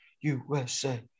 USA